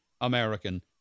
American